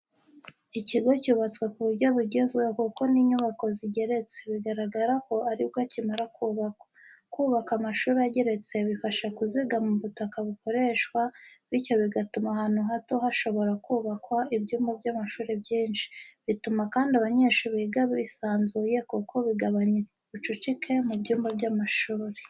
Ikigo cyubatswe ku buryo bugezweho kuko ni inyubako zigeretse, bigaragara ko ari bwo akimara kubakwa. Kubaka amashuri ageretse bifasha kuzigama ubutaka bukoreshwa, bityo bigatuma ahantu hato hashoboka kubakwa ibyumba by'amashuri byinshi. Bituma kandi abanyeshuri biga bisanzuye kuko bigabanya ubucucike mu byumba by’amashuri.